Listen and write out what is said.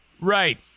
Right